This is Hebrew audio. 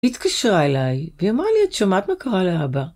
התקשרה אליי ואמרה לי את שמעת מה קרה לאבא.